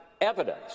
evidence